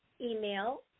email